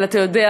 אבל אתה יודע,